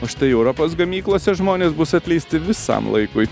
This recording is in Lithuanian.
o štai europos gamyklose žmonės bus atleisti visam laikui